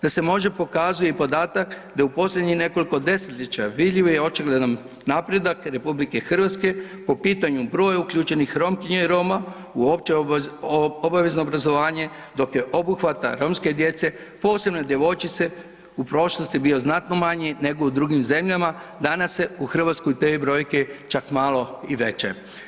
Da se može pokazuje i podatak da je u posljednjih nekoliko desetljeća vidljiv i očigledan napredak Republike Hrvatske po pitanju broja uključenih Romkinja i Roma u opće obavezno obrazovanje, dok je obuhvat romske djece posebno djevojčice u prošlosti bio znatno manji nego u drugim zemljama, danas su u Hrvatskoj te brojke čak malo i veće.